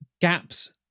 gaps